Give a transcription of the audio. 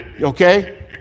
okay